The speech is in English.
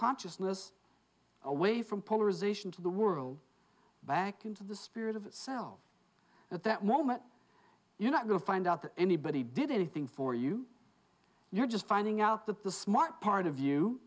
consciousness away from polarization to the world back into the spirit of self at that moment you not go find out that anybody did anything for you you're just finding out that the smart part of